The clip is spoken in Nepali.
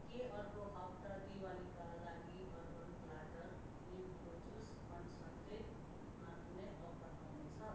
के अर्को हप्ता दिवालीका लागि अर्बन प्ल्याटर निम्बुको जुस कन्सन्ट्रेटमा कुनै अफर आउनेछ